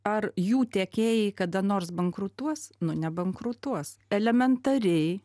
ar jų tiekėjai kada nors bankrutuos nu nebankrutuos elementariai